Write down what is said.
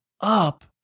up